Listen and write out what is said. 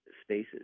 spaces